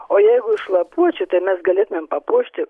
o jeigu iš lapuočių tai mes galėtumėm papuošti